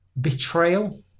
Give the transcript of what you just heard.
betrayal